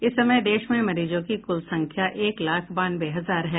इस समय देश में मरीजों की कुल संख्या एक लाख बानवे हजार है